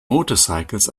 motorcycles